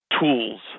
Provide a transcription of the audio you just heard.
tools